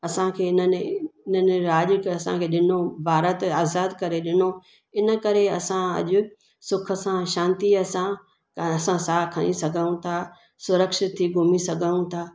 असांखे हिननि ई इन्हनि राॼ बि असांखे ॾिनो भारत आज़ादु करे ॾिनो इन करे ई असां अॼु सुख सां शांतीअ सां त असां साहु खणी सघूं था सुरक्षित थी घुमी सघूं था